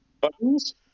Buttons